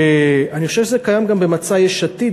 אני חושב שזה קיים גם במצע יש עתיד,